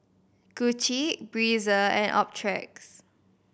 Gucci Breezer and Optrex